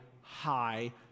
high